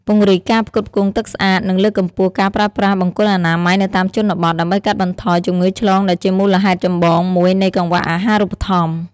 ពង្រីកការផ្គត់ផ្គង់ទឹកស្អាត និងលើកកម្ពស់ការប្រើប្រាស់បង្គន់អនាម័យនៅតាមជនបទ ដើម្បីកាត់បន្ថយជំងឺឆ្លងដែលជាមូលហេតុចម្បងមួយនៃកង្វះអាហារូបត្ថម្ភ។